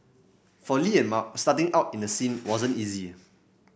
for Li and Mark starting out in the scene wasn't easy